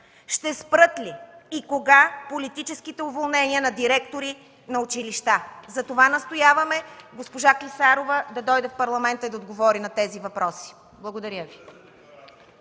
Ще спрат ли и кога политическите уволнения на директори на училища? Затова настояваме госпожа Клисарова да дойде в Парламента и да ни отговори на тези въпроси. Благодаря Ви.